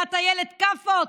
מה, אתה ילד כאפות?